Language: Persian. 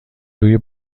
روی